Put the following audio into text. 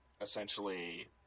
essentially